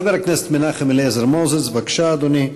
חבר הכנסת מנחם אליעזר מוזס, בבקשה, אדוני.